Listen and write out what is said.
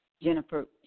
Jennifer